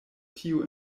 tio